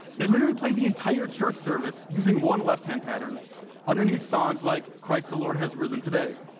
and i literally played the entire church service using one left-hand pattern underneath songs like christ the lord has risen today.